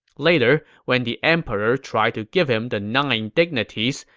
later, when the emperor tried to give him the nine dignities,